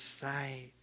sight